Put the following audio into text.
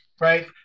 right